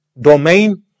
domain